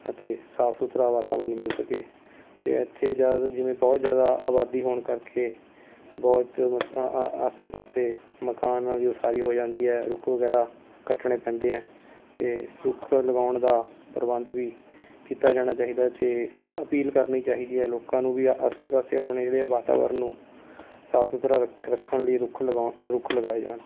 ਅਤੇ ਸਾਫ਼ ਸੁਥਰਾ ਵਾਤਾਵਰਨ ਮਿਲ ਸਕੇ ਅਤੇ ਇੱਥੇ ਜਦ ਜਿਵੇਂ ਬਹੁਤ ਜ਼ਿਆਦਾ ਆਬਾਦੀ ਹੋਣ ਕਰਕੇ ਬਹੁਤ ਆਸੇ ਪਾਸੇ ਮਕਾਨਾਂ ਦੀ ਉਸਾਰੀ ਹੋ ਜਾਂਦੀ ਹੈ ਰੁੱਖ ਵਗੈਰਾ ਕੱਟਣੇ ਪੈਂਦੇ ਐਂ ਅਤੇ ਰੁੱਖ ਲਗਾਉਣ ਦਾ ਪ੍ਰਬੰਧ ਵੀ ਕੀਤਾ ਜਾਣਾ ਚਾਹੀਦਾ ਅਤੇ ਅਪੀਲ ਕਰਨੀ ਚਾਹੀਦੀ ਹੈ ਲੋਕਾਂ ਨੂੰ ਵੀ ਆਸੇ ਪਾਸੇ ਆਪਣੇ ਜਿਹੜੇ ਏ ਵਾਤਾਵਰਨ ਨੂੰ ਸਾਫ਼ ਸੁਥਰਾ ਰੱ ਰੱਖਣ ਲਈ ਰੁੱਖ ਲਗਾਉ ਰੁੱਖ ਲਗਾਏ ਜਾਣ